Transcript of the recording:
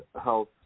health